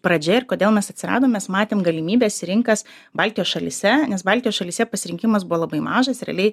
pradžia ir kodėl mes atsiradom mes matėm galimybes ir rinkas baltijos šalyse nes baltijos šalyse pasirinkimas buvo labai mažas realiai